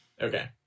okay